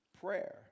prayer